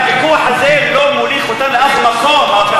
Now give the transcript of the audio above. הוויכוח הזה לא מוליך אותנו לאף מקום.